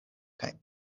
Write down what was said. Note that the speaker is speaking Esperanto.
kaj